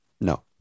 No